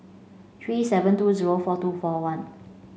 three seven two zero four two four one